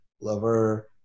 lover